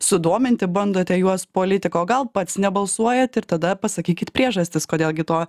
sudominti bandote juos politika o gal pats nebalsuojat ir tada pasakykit priežastis kodėl gi to